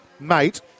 Mate